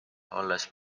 olles